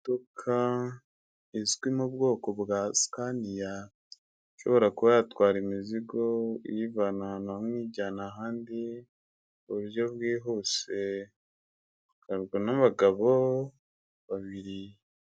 Imodoka izwi mu bwoko bwa sikaniya, ishobora kuba yatwara imizigo iyivana ahantu hamwe iyijyana ahandi mu buryo bwihuse, itwarwa n'abagabo babiri.